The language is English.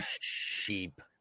sheep